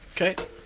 Okay